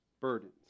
burdens